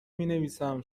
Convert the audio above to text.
مینویسم